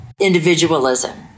individualism